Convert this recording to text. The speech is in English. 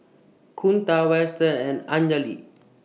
Kunta Weston and Anjali